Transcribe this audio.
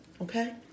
okay